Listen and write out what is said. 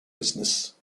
business